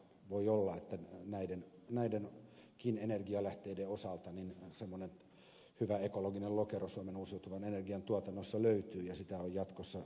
voi olla että näidenkin energialähteiden osalta semmoinen hyvä ekologinen lokero suomen uusiutuvan energian tuotannossa löytyy ja sitä on jatkossa selvitettävä